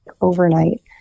overnight